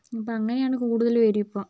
അപ്പം അങ്ങനെയാണ് കൂടുതൽ പേരും ഇപ്പം